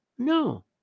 No